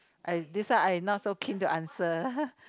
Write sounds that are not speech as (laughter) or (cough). I this one I not so keen to answer (laughs)